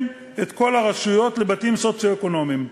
את כל הרשויות לבתים סוציו-אקונומיים.